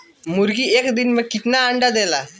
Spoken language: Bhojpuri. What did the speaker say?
मुर्गी एक दिन मे कितना अंडा देला?